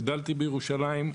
גדלתי בירושלים,